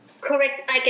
Correct